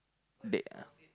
that